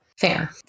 Fair